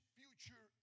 future